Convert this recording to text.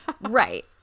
Right